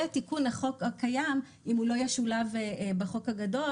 ותיקון החוק הקיים אם הוא לא ישולב בחוק הגדול.